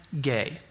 gay